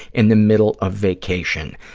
in the middle of vacation,